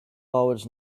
hours